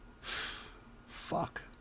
Fuck